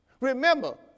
Remember